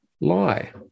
lie